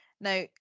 Now